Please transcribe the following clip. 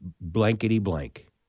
blankety-blank